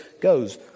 goes